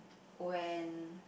when